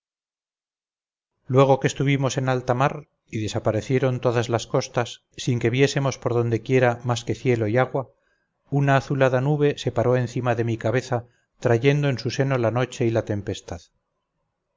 luego que estuvimos en alta mar y desaparecieron todas las costas sin que viésemos por dondequiera más que cielo y agua una azulada nube se paró encima de mi cabeza trayendo en su seno la noche y la tempestad